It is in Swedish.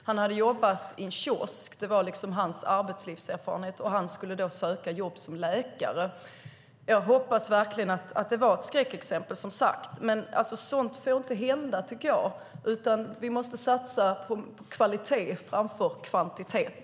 Han hade jobbat i en kiosk - det var hans arbetslivserfarenhet - och skulle söka jobb som läkare. Jag hoppas verkligen att det var ett skräckexempel, som sagt, men jag tycker inte att sådant får hända. Vi måste satsa på kvalitet framför kvantitet.